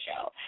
show